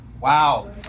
Wow